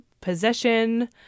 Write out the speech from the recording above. possession